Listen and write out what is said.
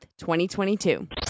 2022